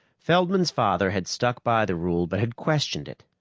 feldman's father had stuck by the rule but had questioned it.